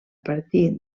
partir